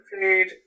food